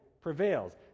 prevails